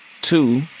Two